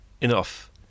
enough